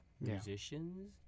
musicians